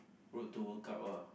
road to World-Cup ah